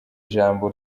ijambo